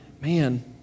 man